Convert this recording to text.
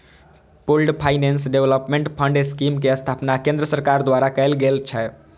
pooled finance development fund scheme के स्थापना केंद्र सरकार द्वारा कैल गेल छै